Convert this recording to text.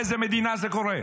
באיזו מדינה זה קורה?